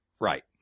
Right